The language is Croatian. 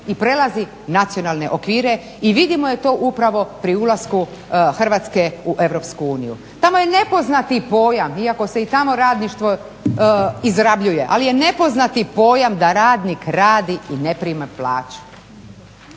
i prelazi nacionalne okvire i vidimo je to upravo pri ulasku Hrvatske u EU. Tamo je nepoznati pojam iako se i tamo radništvo izrabljuje, ali je nepoznati pojam da radnik radi i ne prima plaću.